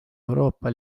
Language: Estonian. euroopa